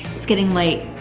it's getting late.